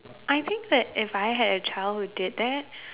I think that if I had a childhood did that